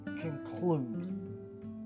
conclude